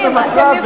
זה רשות מבצעת,